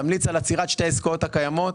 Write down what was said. תמליץ על עצירת שתי העסקאות הקיימות,